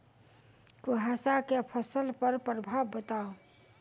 कुहासा केँ फसल पर प्रभाव बताउ?